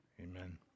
Amen